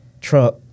truck